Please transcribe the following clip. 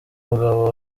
mugabo